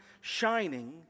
shining